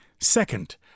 Second